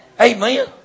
Amen